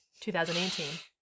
2018